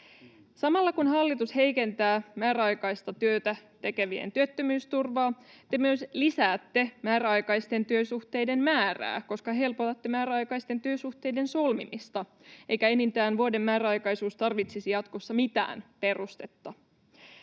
Samalla kun hallitus heikentää määräaikaista työtä tekevien työttömyysturvaa, te myös lisäätte määräaikaisten työsuhteiden määrää, koska helpotatte määräaikaisten työsuhteiden solmimista, eikä enintään vuoden määräaikaisuus tarvitsisi jatkossa mitään perustetta.